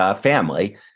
family